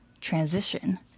Transition